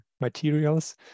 materials